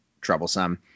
troublesome